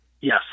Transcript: Yes